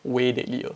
way deadlier